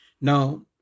Now